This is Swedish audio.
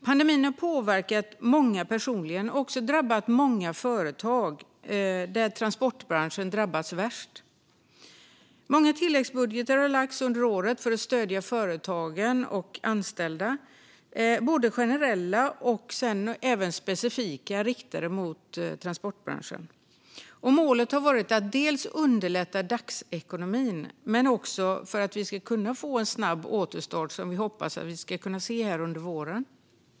Pandemin har påverkat många personligen och också drabbat många företag, och transportbranschen har drabbats värst. Många tilläggsbudgetar har lagts fram under året för att stödja företagen och anställda, både generella och specifikt riktade mot transportbranschen. Målet har dels varit att underlätta för dagsekonomin, dels att vi ska kunna få en snabb återstart, som vi hoppas att vi ska kunna se under våren.